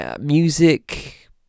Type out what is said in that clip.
music